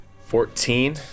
Fourteen